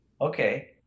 okay